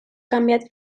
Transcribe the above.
canviat